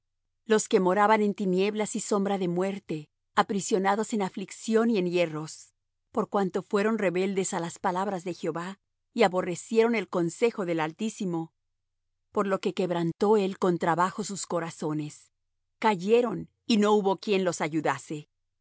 los que moraban en tinieblas y sombra de muerte aprisionados en aflicción y en hierros por cuanto fueron rebeldes á las palabras de jehová y aborrecieron el consejo del altísimo por lo que quebrantó él con trabajo sus corazones cayeron y no hubo quien los ayudase